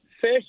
fish